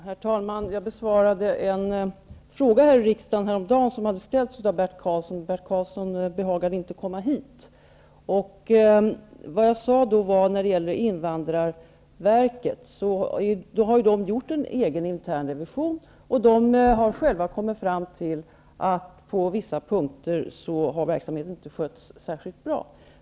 Herr talman! Jag besvarade häromdagen en fråga här i riksdagen, vilken hade ställts av Bert Karlsson. Bert Karlsson behagade emellertid inte komma hit. Vad jag då sade när det gäller invandrarverket var att man har gjort en egen, dvs. en intern revision. På invandrarverket har man själv kommit fram till att verksamheten inte har skötts särskilt bra på vissa punkter.